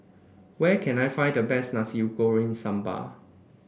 where can I find the best Nasi Goreng Sambal